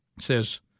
says